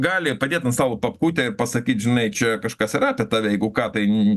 gali padėt ant stalo padėt papkutę ir pasakyt žinai čia kažkas yra apie tave jeigu ką tai